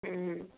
হুম